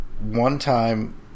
one-time